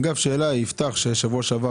אגב, יפתח שהיה פה בשבוע שעבר,